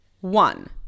one